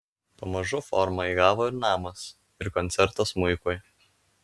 pamažu formą įgavo ir namas ir koncertas smuikui